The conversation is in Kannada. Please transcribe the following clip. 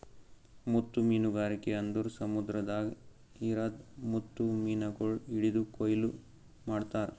ಮುತ್ತು ಮೀನಗಾರಿಕೆ ಅಂದುರ್ ಸಮುದ್ರದಾಗ್ ಇರದ್ ಮುತ್ತು ಮೀನಗೊಳ್ ಹಿಡಿದು ಕೊಯ್ಲು ಮಾಡ್ತಾರ್